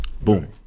boom